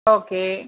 okay